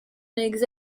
les